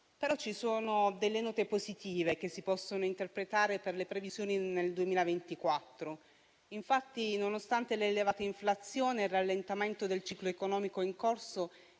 Ci sono alcune note positive che si possono interpretare per le previsioni per il 2024. Infatti, nonostante l'elevata inflazione e il rallentamento del ciclo economico in corso,